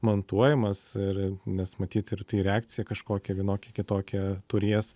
montuojamos ir nes matyt ir tai reakciją kažkokią vienokią kitokią turės